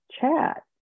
chat